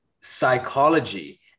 psychology